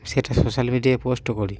সেটা সোশ্যাল মিডিয়ায় পোস্টও করি